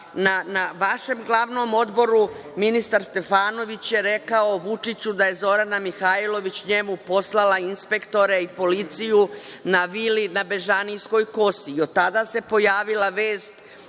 Na vašem glavnom odboru ministar Stefanović je rekao Vučiću da je Zorana Mihajlović njemu poslala inspektore i policiju na vili na Bežanijskoj kosi i od tada se pojavila vest